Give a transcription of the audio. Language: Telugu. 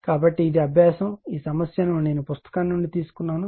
కాబట్టి ఇది అభ్యాసం ఈ సమస్యను నేను పుస్తకం నుండి తీసుకున్నాను